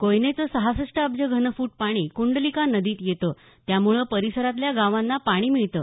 कोयनेचं सहासष्ट अब्ज घनफूट पाणी कुंडलिका नदीत येतं त्यामुळं परिसरातल्या गावांना पाणी मिळतं